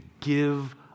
give